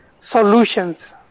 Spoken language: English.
solutions